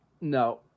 no